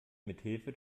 mithilfe